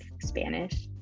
Spanish